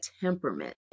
temperament